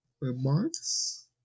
remarks